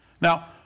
Now